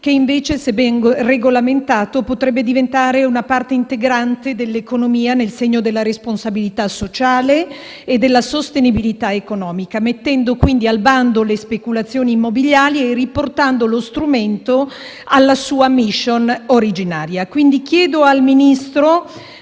che, invece, se ben regolamentato, potrebbe diventare una parte integrante dell'economia nel segno della responsabilità sociale e della sostenibilità economica, mettendo quindi al bando le speculazioni immobiliari e riportando lo strumento alla sua *mission* originaria. Chiedo quindi al Ministro